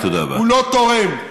הוא לא תורם.